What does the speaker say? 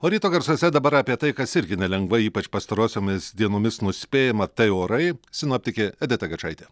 o ryto garsuose dabar apie tai kas irgi nelengvai ypač pastarosiomis dienomis nuspėjama tai orai sinoptikė edita gečaitė